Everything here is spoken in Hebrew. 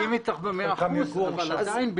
אני מסכים אתך ב-100 אחוזים אבל עדיין.